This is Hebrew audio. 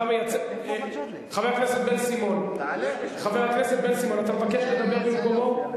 חבר הכנסת בן-סימון, אתה מבקש לדבר במקומו?